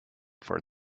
for